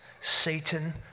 Satan